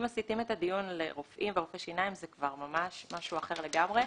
אם מסיטים את הדיון לרופאים ולרופאי שיניים זה כבר ממש משהו אחר לגמרי,